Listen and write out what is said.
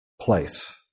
place